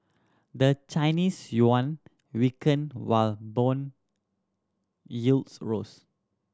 the Chinese yuan weakened while bond yields rose